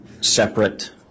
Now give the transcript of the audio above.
separate